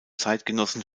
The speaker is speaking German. zeitgenossen